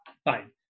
Fine